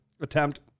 attempt